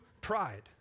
pride